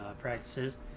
practices